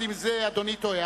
עם זה, אדוני טועה.